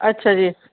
ਅੱਛਾ ਜੀ